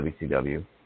WCW